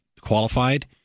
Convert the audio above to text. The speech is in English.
qualified